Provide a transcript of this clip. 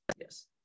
yes